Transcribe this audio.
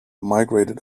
migrated